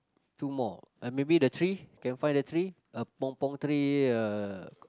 two more and maybe the tree can find the tree a pong pong tree uh